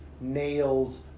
nails